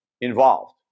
involved